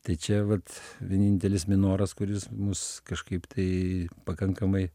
tai čia vat vienintelis minoras kuris mus kažkaip tai pakankamai